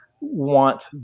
want